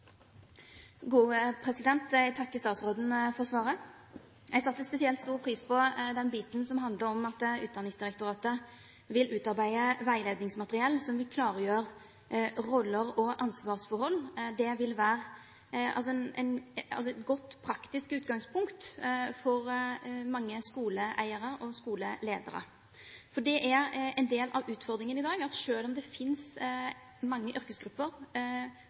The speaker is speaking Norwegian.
Jeg takker statsråden for svaret. Jeg satte spesielt stor pris på den biten som handler om at Utdanningsdirektoratet vil utarbeide veiledningsmateriell som vil klargjøre roller og ansvarsforhold. Det vil være et godt praktisk utgangspunkt for mange skoleeiere og skoleledere. For en del av utfordringen i dag er at selv om det finnes mange yrkesgrupper